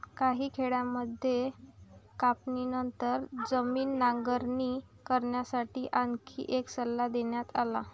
काही खेड्यांमध्ये कापणीनंतर जमीन नांगरणी करण्यासाठी आणखी एक सल्ला देण्यात आला